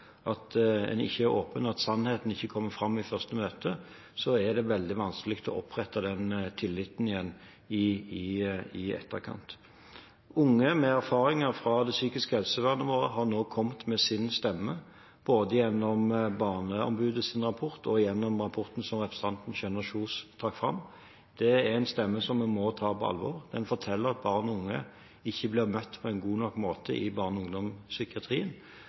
at en ikke er åpen, og at sannheten ikke kommer fram i første møte, er det veldig vanskelig å gjenopprette den tilliten i etterkant. Unge med erfaringer fra det psykiske helsevernområdet har nå kommet med sin stemme, både gjennom Barneombudets rapport og gjennom rapporten som representanten Kjønaas Kjos trakk fram. Det er en stemme som vi må ta på alvor. Den forteller at barn og unge ikke blir møtt på en god nok måte i barne- og ungdomspsykiatrien.